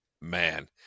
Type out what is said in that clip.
man